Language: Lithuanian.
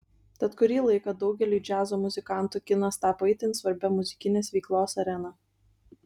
tad kurį laiką daugeliui džiazo muzikantų kinas tapo itin svarbia muzikinės veiklos arena